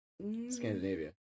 Scandinavia